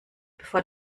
bevor